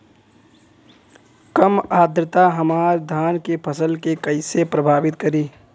कम आद्रता हमार धान के फसल के कइसे प्रभावित करी?